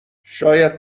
شاید